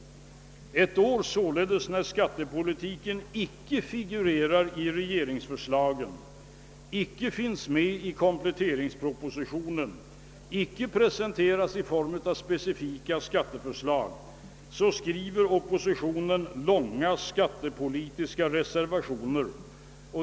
Ett år när skattepolitiken inte figurerar i regeringsförslagen, inte finns med i kompletteringspropositionen, inte presenteras i form av speciella skatteförslag, så skriver oppositionen långa skattepolitiska reservationer.